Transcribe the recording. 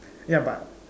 ya but